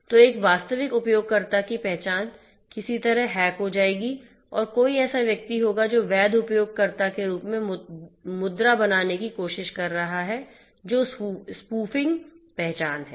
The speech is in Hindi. तो एक वास्तविक उपयोगकर्ता की पहचान किसी तरह हैक हो जाएगी और कोई ऐसा व्यक्ति होगा जो वैध उपयोगकर्ता के रूप में मुद्रा बनाने की कोशिश कर रहा है जो स्पूफिंग पहचान है